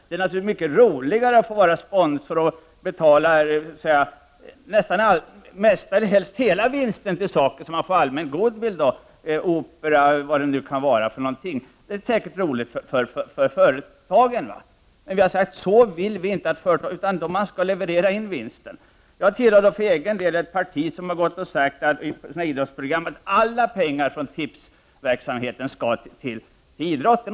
Det är naturligtvis mycket roligare att få vara sponsor och betala det mesta av vinsten — eller helst hela vinsten — till saker som man får allmän goodwill för, opera och vad det nu kan vara. Men vi har sagt att så vill vi inte att företagen skall göra, utan de skall leverera in vinsten. Jag tillhör för egen del ett parti som har sagt, när det gäller idrottsprogrammet, att alla pengar från tipsverksamheten skall gå till idrotten.